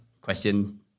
Question